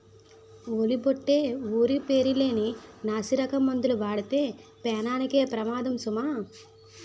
ఓలి బొట్టే ఊరు పేరు లేని నాసిరకం మందులు వాడితే పేనానికే పెమాదము సుమా